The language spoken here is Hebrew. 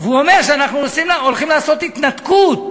והוא אומר שאנחנו הולכים לעשות התנתקות